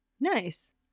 Nice